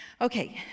Okay